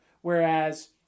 Whereas